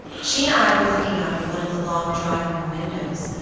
she and i were looking out of one of the long drawing room windows,